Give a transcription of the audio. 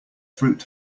fruit